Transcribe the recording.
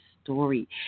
story